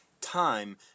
time